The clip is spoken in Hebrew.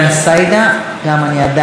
אני עדיין לא רואה אותו באולם.